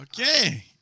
Okay